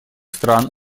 стран